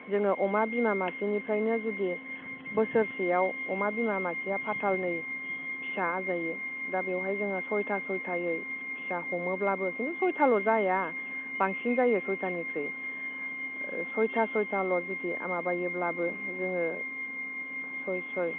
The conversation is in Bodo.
जोङो अमा बिमा मासेनिफ्रायनो जुदि बोसोरसेयाव अमा बिमा मासेया फाथालनै फिसा आजायो दा बेवहाय जोङो सयथा सयथायै फिसा हमोब्लाबो खिन्थु सयथाल' जाया बांसिन जायो सयथानिख्रुइ सयथा सयथाल' जुदि माबायोब्लाबो जोङो सय सय